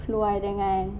keluar dengan